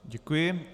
Děkuji.